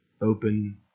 open